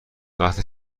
وقتی